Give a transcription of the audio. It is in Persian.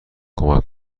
کمک